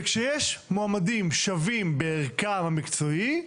כאשר יש מועמדים שווים בערכם המקצועי,